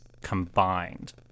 combined